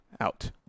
out